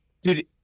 Dude